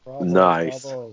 nice